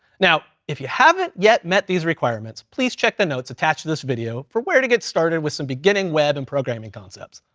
now, if you haven't yet met these requirements, please check the notes attached to this video for where to get started with some beginning web, and programming concepts.